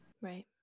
Right